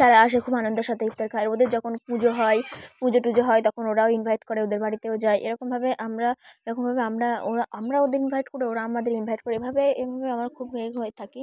তারা আসে খুব আনন্দের সাথে ইফতার খায় ওদের যখন পুজো হয় পুজো টুজো হয় তখন ওরাও ইনভাইট করে ওদের বাড়িতেও যায় এরকমভাবে আমরা এরকমভাবে আমরা ওরা আমরা ওদের ইনভাইট করি ওরা আমাদের ইনভাইট করে এভাবে এভাবে আমার খুব ভেগ হয়ে থাকি